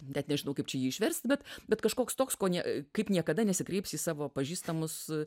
net nežinau kaip čia jį išversti bet bet kažkoks toks kone kaip niekada nesikreips į savo pažįstamus